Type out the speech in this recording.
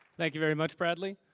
thank you very much, bradley.